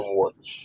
watch